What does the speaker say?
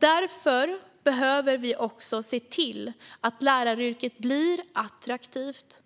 Därför behöver vi se till att läraryrket blir attraktivt,